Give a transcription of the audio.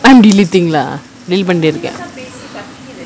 I'm deleting lah delete பண்ணிட்டு இருக்க:pannittu irukka